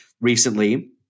recently